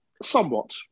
Somewhat